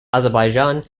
azerbaijan